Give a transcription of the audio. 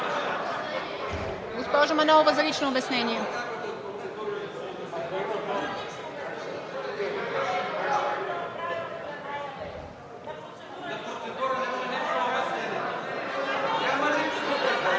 Госпожо Манолова – за лично обяснение.